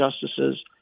justices